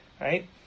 right